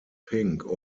pink